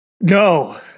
No